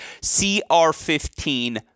CR15